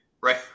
right